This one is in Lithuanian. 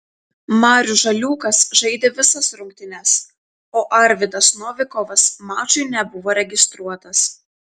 marius žaliūkas žaidė visas rungtynes o arvydas novikovas mačui nebuvo registruotas